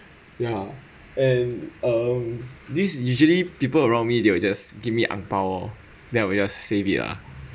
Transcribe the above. ya and um this usually people around me they will just give me ang bao lor then I'll just save it ah